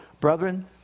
brethren